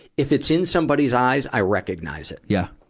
if it's in somebody's eyes, i recognize it. yeah.